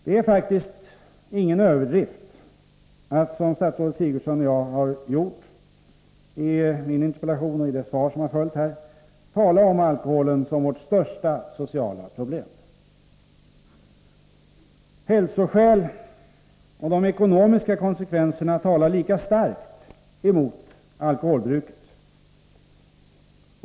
Det är faktiskt ingen överdrift att, som statsrådet Sigurdsen och jag har gjort i svaret och interpellationen, tala om alkoholen som vårt största sociala problem. Hälsoskäl och de ekonomiska konsekvenserna talar lika starkt emot alkoholbruket.